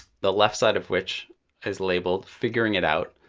the left side of which is labeled figuring it out.